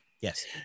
Yes